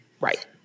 Right